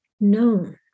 known